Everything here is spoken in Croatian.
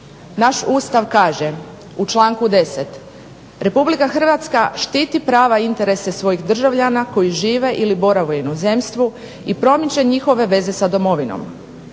Naš Ustav kaže u članku 10.: "Republika Hrvatska štiti prava i interese svojih državljana koji žive ili borave u inozemstvu i promiče njihove veze sa Domovinom.